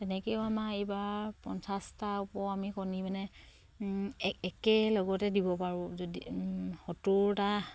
তেনেকেও আমাৰ এইবাৰ পঞ্চাছটাৰ ওপৰত আমি কণী মানে একেলগতে দিব পাৰোঁ যদি সত্তৰটা